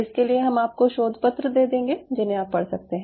इसके लिए हम आपको शोधपत्र दे देंगे जिन्हे आप पढ़ सकते हैं